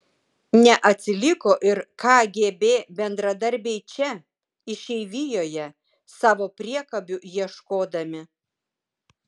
neatsiliko ir kgb bendradarbiai čia išeivijoje savo priekabių ieškodami